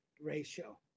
ratio